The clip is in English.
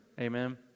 Amen